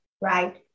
right